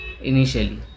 initially